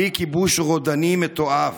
כלי כיבוש רודני מתועב,